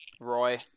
Roy